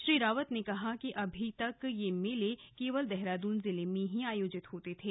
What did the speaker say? श्री रावत ने कहा कि अभी तक यह मेले केवल देहरादून जिले में ही आयोजित होते थे